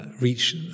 reach